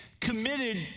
committed